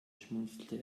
schmunzelte